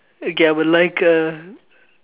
okay I would like a